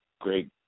Great